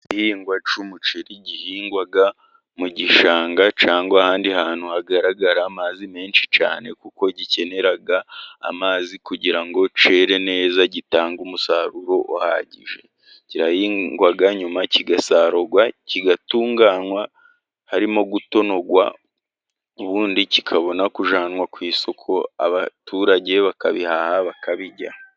Igihingwa cy'umuceri gihingwa mu gishanga, cyangwa ahandi hantu hagaragara amazi menshi cyane, kuko gikenera amazi kugira ngo cyere neza, gitange umusaruro uhagije. Kirahingwa nyuma kigasarurwa, kigatunganwa, harimo gutonorwa, ubundi kikabona kujyanwa ku isoko, abaturage bakabihaha bakabirya.